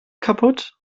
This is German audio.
kaputt